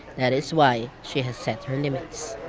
that is why she has set her limits.